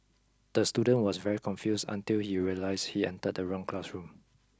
the student was very confused until he realised he entered the wrong classroom